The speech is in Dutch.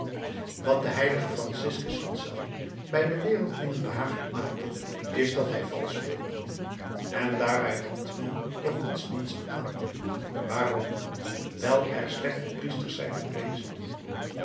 wat den h franciscus van sales bij de wereldlingen behagelijk maakt is dat hij valsch speelde en daarbij randt men den godsdienst aan waarom wijl er slechte priesters zijn geweest